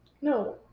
No